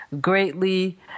greatly